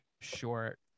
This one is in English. short